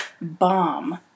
Bomb